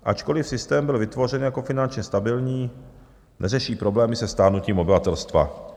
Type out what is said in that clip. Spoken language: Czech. Ačkoliv systém byl vytvořen jako finančně stabilní, neřeší problémy se stárnutím obyvatelstva.